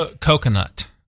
coconut